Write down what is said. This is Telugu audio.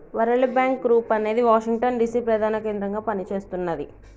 వరల్డ్ బ్యాంక్ గ్రూప్ అనేది వాషింగ్టన్ డిసి ప్రధాన కేంద్రంగా పనిచేస్తున్నది